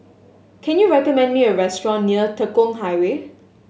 can you recommend me a restaurant near Tekong Highway